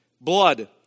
blood